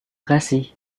kasih